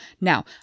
Now